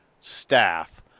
staff